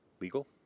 legal